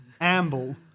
Amble